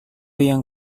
yang